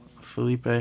Felipe